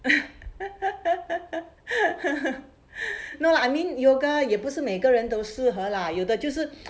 no lah I mean yoga 也不是每个人都适合 lah 有的就是